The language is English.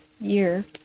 year